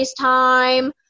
FaceTime